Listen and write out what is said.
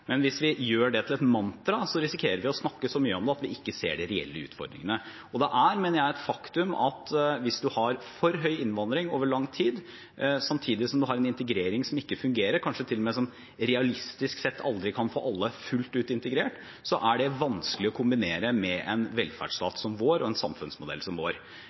mener jeg, et faktum at hvis man har for høy innvandring over lang tid, samtidig som man har en integrering som ikke fungerer, kanskje til og med som realistisk sett aldri kan få alle fullt ut integrert, er det vanskelig å kombinere med en velferdsstat og en samfunnsmodell som vår.